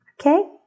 okay